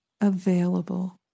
available